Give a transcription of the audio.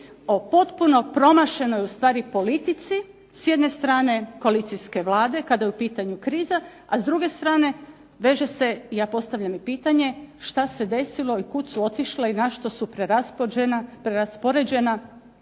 o potpuno promašenoj ustvari politici s jedne strane koalicijske Vlade kada je u pitanju kriza, a s druge strane veže se ja postavljam i pitanje šta se desilo i kud su otišle i na što su preraspoređena